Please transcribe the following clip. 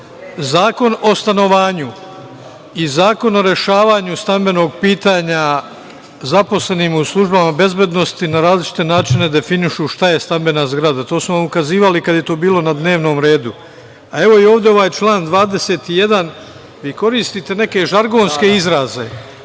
o stanovanju i Zakon o rešavanju stambenog pitanja zaposlenim u službama bezbednosti na različite načine definišu šta je stambena zgrada. To smo ukazivali kada je to bilo na dnevnom redu. A, evo, i ovde ovaj član 21, vi koristite neke žargonske izraze.